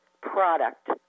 product